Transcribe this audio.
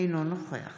אינו נוכח